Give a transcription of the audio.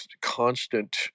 constant